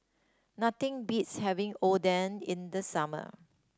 nothing beats having Oden in the summer